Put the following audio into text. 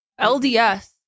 lds